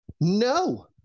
No